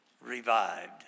Revived